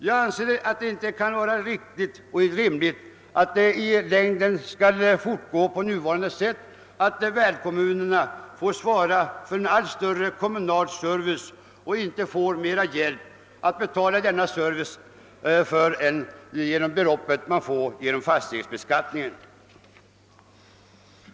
Jag anser det inte riktigt och rimligt att det i längden skall fortgå så att värdkommunerna får svara för en allt större kommunal service och inte får mer hjälp att betala kostnaderna härför än genom de belopp som de får in i fastighetsskatt.